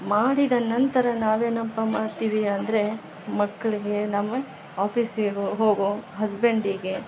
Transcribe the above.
ಮಾಡಿದ ನಂತರ ನಾವು ಏನಪ್ಪ ಮಾಡ್ತೀವಿ ಅಂದರೆ ಮಕ್ಕಳಿಗೆ ನಮ್ಮ ಆಫೀಸ್ಸಿಗೆ ಹೋಗೋ ಹಸ್ಬೆಂಡಿಗೆ